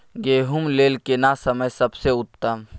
गेहूँ लेल केना समय सबसे उत्तम?